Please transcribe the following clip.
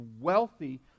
wealthy